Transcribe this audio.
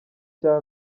cya